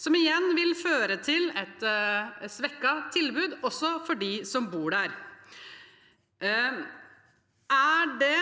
som igjen vil føre til et svekket tilbud, også for dem som bor der. Er det